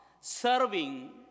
serving